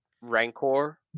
Rancor